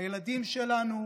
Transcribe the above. הילדים שלנו,